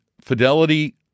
Fidelity